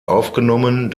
aufgenommen